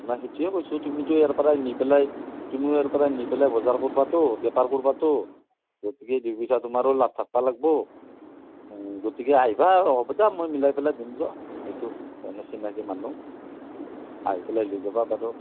তোমাক সেইতোৱেই কৈছোঁ তুমিতো আৰু ইয়াৰপৰা নি পেলাই বজাৰ কৰবাটো বেপাৰ কৰবাটো গতিকে দুই পইচা তোমাৰো লাভ থাকবো লাগবো গতিকে তুমি আহিবা হ'ব দে মই মিলাই পেলাই দিম যোৱা সেইটো এনে চিনাকি মানুহ আহি পেলাই লৈ যাবা বাৰু